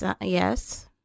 Yes